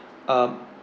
um